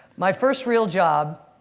my first real job